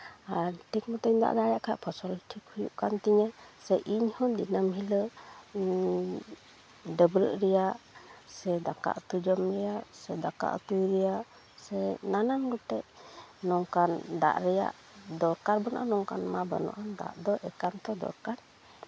ᱟᱨ ᱴᱷᱤᱠ ᱢᱚᱛᱳᱧ ᱫᱟᱜ ᱫᱟᱲᱮᱭᱟᱜ ᱠᱷᱟᱡ ᱯᱷᱚᱥᱚᱞ ᱦᱚᱸ ᱴᱷᱤᱠ ᱦᱩᱭᱩᱜ ᱠᱟᱱ ᱛᱤᱧᱟᱹ ᱥᱮ ᱤᱧᱦᱚᱸ ᱫᱤᱱᱟᱹᱢ ᱦᱤᱞᱳᱜ ᱰᱟᱹᱵᱽᱨᱟᱹᱜ ᱨᱮᱭᱟᱜ ᱥᱮ ᱫᱟᱠᱟ ᱩᱛᱩ ᱡᱚᱢ ᱨᱮᱭᱟᱜ ᱥᱮ ᱫᱟᱠᱟ ᱩᱛᱩᱭ ᱨᱮᱭᱟᱜ ᱥᱮ ᱱᱟᱱᱟᱱ ᱜᱚᱴᱮᱡ ᱱᱚᱝᱠᱟᱱ ᱫᱟᱜ ᱨᱮᱭᱟᱜ ᱫᱚᱨᱠᱟᱨ ᱵᱟᱹᱱᱩᱜᱼᱟ ᱱᱚᱝᱠᱟᱱ ᱢᱟ ᱵᱟᱹᱱᱩᱜᱼᱟ ᱫᱟᱜ ᱢᱟ ᱮᱠᱟᱱᱛᱚ ᱫᱚᱨᱠᱟᱨ